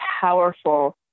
powerful